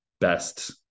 best